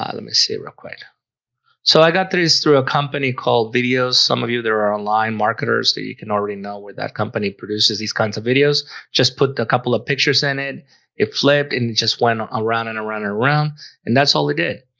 let me see it real quick so i got these through a company called videos some of you there are online marketers that you can already know where that company produces these kinds of videos just put a couple of pictures in it. it flipped and just went around and around around and that's all they did.